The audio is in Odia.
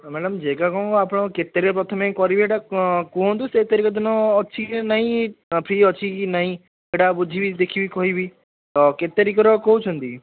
ହଁ ମ୍ୟାଡ଼ାମ୍ ଜେଗା କ'ଣ ଆପଣ କେତେ ତାରିଖ ପ୍ରଥମେ କରିବେ ସେଟା କୁହନ୍ତୁ ସେହି ତାରିଖ ଦିନ ଅଛି କି ନାହିଁ ଫ୍ରି ଅଛି କି ନାହିଁ ସେଟା ବୁଝିବି ଦେଖିବି କହିବି ତ କେତେ ତାରିଖରେ କହୁଛନ୍ତି